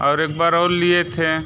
और एक बार और लिए थे